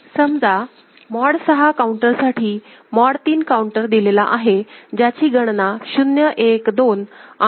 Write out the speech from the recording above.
समजा mod 6 counter साठी mod 3 counter दिलेला आहे ज्याची गणना 0 1 2 आणि पुन्हा 0 अशी आहे